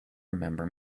remember